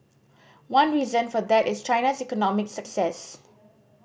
one reason for that is China's economic success